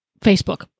Facebook